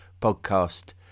Podcast